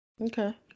Okay